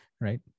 right